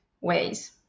ways